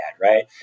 right